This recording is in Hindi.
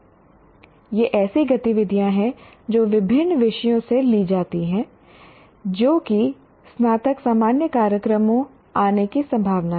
ये ऐसी गतिविधियाँ हैं जो विभिन्न विषयों से ली जाती हैं जो कि स्नातक सामान्य कार्यक्रमों आने की संभावना है